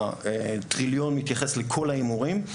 הטריליון מתייחס לכל ההימורים.